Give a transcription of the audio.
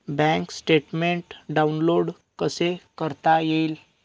Bank statement download कसे करता येईल?